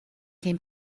came